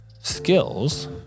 skills